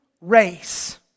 race